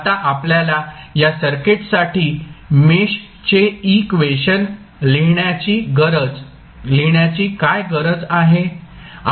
आता आपल्याला या सर्किटसाठी मेशचे इक्वेशन लिहिण्याची काय गरज आहे